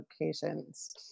locations